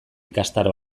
ikastaro